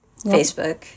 Facebook